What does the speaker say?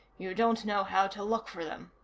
you don't know how to look for them.